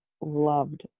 loved